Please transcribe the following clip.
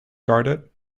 guarded